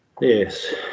Yes